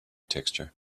texture